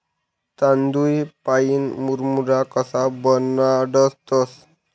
तांदूय पाईन मुरमुरा कशा बनाडतंस?